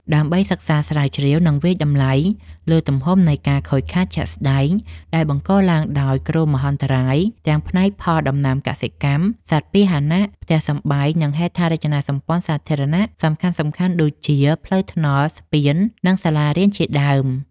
ដើម្បីសិក្សាស្រាវជ្រាវ និងវាយតម្លៃលើទំហំនៃការខូចខាតជាក់ស្តែងដែលបង្កឡើងដោយគ្រោះមហន្តរាយ ទាំងផ្នែកផលដំណាំកសិកម្ម សត្វពាហណៈ ផ្ទះសម្បែង និងហេដ្ឋារចនាសម្ព័ន្ធសាធារណៈសំខាន់ៗដូចជាផ្លូវថ្នល់ ស្ពាន និងសាលារៀនជាដើម។